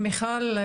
מיכל,